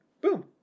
boom